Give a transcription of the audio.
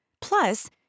Plus